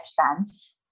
fans